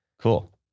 Cool